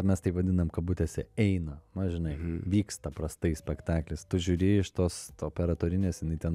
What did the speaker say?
mes taip vadinam kabutėse eina na žinai vyksta prastai spektaklis tu žiūri iš tos operatorinės jinai ten